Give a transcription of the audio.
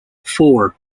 four